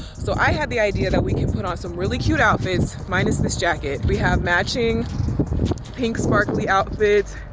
so i had the idea that we can put on some really cute outfits minus this jacket. we have matching pink sparkly outfits,